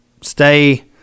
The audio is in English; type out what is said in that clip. stay